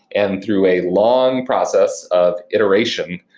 and through a long process of iteration,